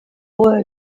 ruhe